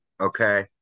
Okay